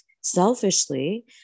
selfishly